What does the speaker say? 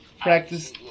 Practice